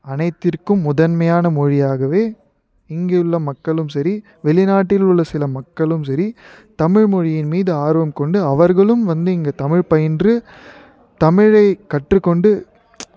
அனைத்திற்கும் முதன்மையான மொழியாகவே இங்கே உள்ள மக்களும் சரி வெளிநாட்டில் உள்ள சில மக்களும் சரி தமிழ்மொழியின் மீது ஆர்வம் கொண்டு அவர்களும் வந்து இங்கே தமிழ் பயன்று தமிழை கற்றுக்கொண்டு